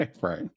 right